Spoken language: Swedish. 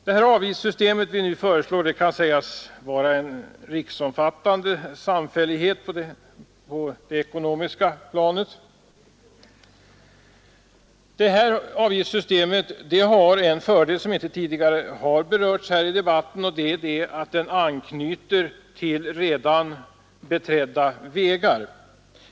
Det avgiftssystem vi nu föreslår kan sägas vara en riksomfattande samfällighet på det ekonomiska planet. Detta avgiftssystem har en fördel som inte tidigare har berörts här i debatten, nämligen att det anknyter till redan beträdda vägar.